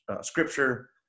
scripture